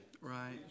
right